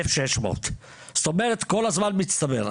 1,600. זאת אומרת כל הזמן זה מצטבר.